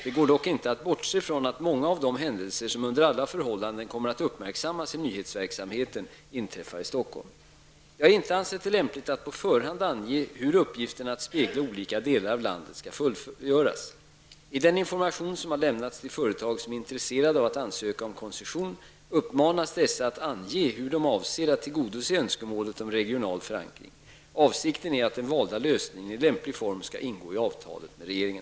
Det går dock inte att bortse från att många av de händelser som under alla förhållanden kommer att uppmärksammas i nyhetsverksamheten inträffar i Stockholm. Jag har inte ansett det lämpligt att på förhand ange hur uppgiften att spegla olika delar av landet skall fullgöras. I den information som har lämnats till företag som är intresserade av att ansöka om koncession uppmanas dessa att ange hur de avser att tillgodose önskemålet om regional förankring. Avsikten är att den valda lösningen i lämplig form skall ingå i avtalet med regeringen.